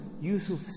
Yusuf